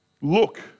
look